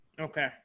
Okay